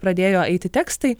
pradėjo eiti tekstai